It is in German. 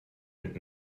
mit